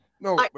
No